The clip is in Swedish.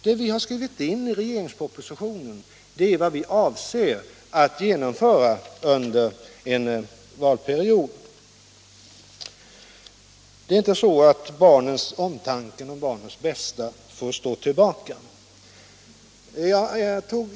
Det vi skrivit in i regeringsdeklarationen avser vi att genomföra under en valperiod. Det är inte så att omtanken om barnens bästa får stå tillbaka.